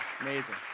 amazing